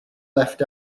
left